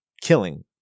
killing